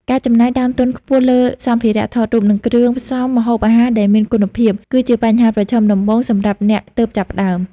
ការចំណាយដើមទុនខ្ពស់លើសម្ភារៈថតរូប និងគ្រឿងផ្សំម្ហូបអាហារដែលមានគុណភាព គឺជាបញ្ហាប្រឈមដំបូងសម្រាប់អ្នកទើបចាប់ផ្តើម។